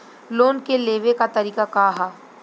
Loan के लेवे क तरीका का ह?